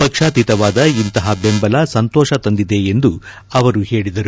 ಪಕ್ಷಾತೀತವಾದ ಇಂತಹ ಬೆಂಬಲ ಸಂತೋಷ ತಂದಿದೆ ಎಂದು ಅವರು ಹೇಳಿದರು